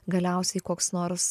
galiausiai koks nors